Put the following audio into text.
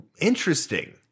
Interesting